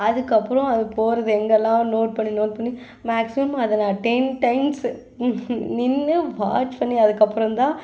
அதுக்கப்புறம் அது போகிறது எங்கெல்லாம் நோட் பண்ணி நோட் பண்ணி மேக்சிமம் அதை நான் டென் டைம்ஸு நின்று வாட்ச் பண்ணி அதுக்கப்புறம் தான்